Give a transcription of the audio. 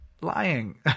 lying